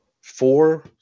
four